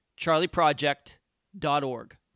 charlieproject.org